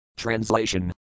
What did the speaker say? Translation